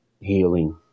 healing